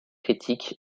critiques